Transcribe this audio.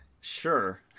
Sure